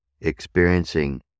experiencing